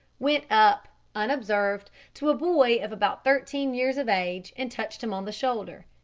went up, unobserved, to a boy of about thirteen years of age, and touched him on the shoulder.